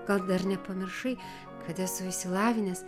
gal dar nepamiršai kad esu išsilavinęs